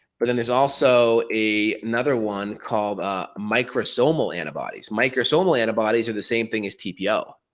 but then there's also a another one called ah, microsomal antibodies. microsomal antibodies are the same thing as tpo,